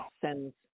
sends